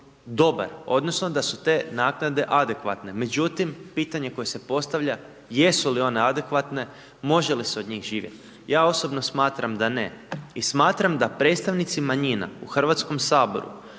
odnosno da su te naknade adekvatne. Međutim, pitanje koje se postavlja jesu li one adekvatne, može li se od njih živjeti? Ja osobno smatram da ne i smatram da predstavnici manjina u Hrvatskom saboru